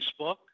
Facebook